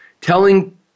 telling